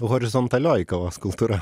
horizontalioji kavos kultūra